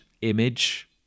image